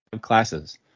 classes